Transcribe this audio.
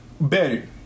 better